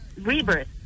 rebirth